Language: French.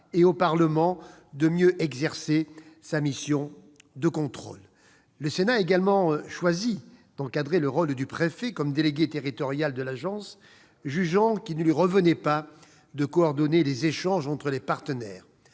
et au Parlement de mieux exercer sa mission de contrôle. Le Sénat a également choisi d'encadrer le rôle du préfet comme délégué territorial de l'agence, jugeant qu'il ne lui revenait pas de coordonner les échanges entre les partenaires.